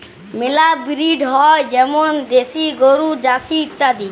মেলা ব্রিড হ্যয় যেমল দেশি গরু, জার্সি ইত্যাদি